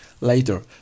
later